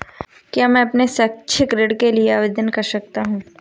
क्या मैं अपने शैक्षिक ऋण के लिए आवेदन कर सकता हूँ?